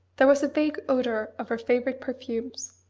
there was a vague odour of her favourite perfumes.